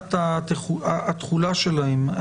מבחינת התחולה שלהן?